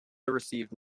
received